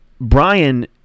Brian